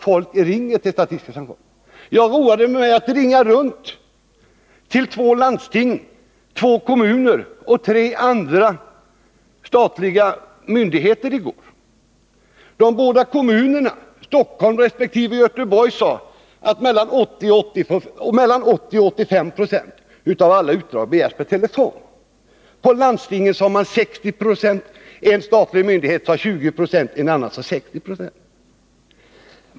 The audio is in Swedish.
Jag roade mig i går med att ringa runt till två landsting, två kommuner och tre statliga myndigheter. De båda kommunerna, Stockholm och Göteborg, sade att mellan 80 och 85 6 av alla utdrag begärs per telefon. På landstinget sade man 60 26, en statlig myndighet sade 20 26 och en annan sade 60 96.